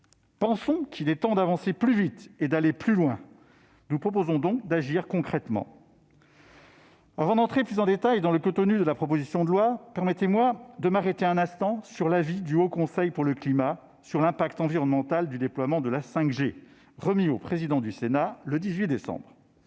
pensons qu'il est temps d'avancer plus vite et d'aller plus loin. Nous proposons donc d'agir concrètement. Avant de présenter plus en détail le contenu de la proposition de loi, permettez-moi de m'arrêter un instant sur l'avis du Haut Conseil pour le climat sur l'impact environnemental du déploiement de la 5G, remis au président du Sénat le 18 décembre